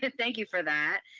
but thank you for that.